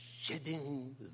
shedding